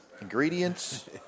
ingredients